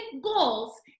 goals